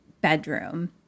bedroom